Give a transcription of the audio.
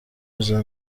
izo